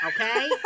Okay